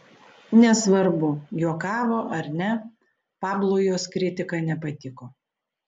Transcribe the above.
nesvarbu juokavo ar ne pablui jos kritika nepatiko